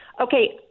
Okay